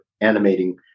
animating